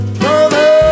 brother